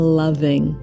loving